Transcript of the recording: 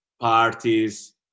Parties